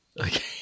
Okay